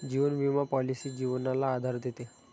जीवन विमा पॉलिसी जीवनाला आधार देते